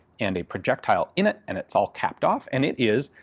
and a projectile in it, and it's all capped off. and it is,